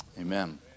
Amen